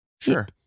Sure